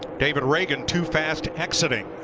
david ragan too fast exiting.